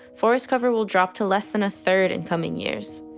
forest cover will drop to less than a third in coming years.